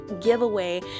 giveaway